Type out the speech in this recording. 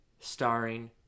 Starring